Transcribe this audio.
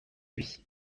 lui